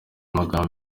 majambo